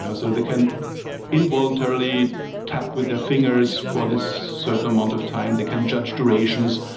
ah so they can involuntarily tap with their fingers for this certain amount of time, they can judge durations.